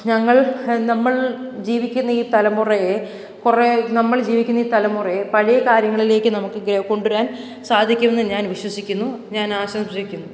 ഞങ്ങൾ നമ്മൾ ജീവിക്കുന്ന ഈ തലമുറയെ കുറേ നമ്മൾ ജീവിക്കുന്ന ഈ തലമുറയെ പഴയ കാര്യങ്ങളിലേക്കു നമുക്ക് ഗ്ര കൊണ്ടു വരാൻ സാധിക്കുമെന്നു ഞാൻ വിശ്വസിക്കുന്നു ഞാൻ ആശംസിക്കുന്നു